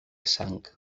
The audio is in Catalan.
sang